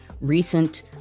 recent